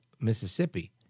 Mississippi